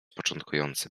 początkujący